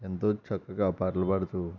ఎంతో చక్కగా పాటలు పాడుతూ